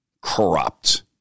corrupt